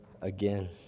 again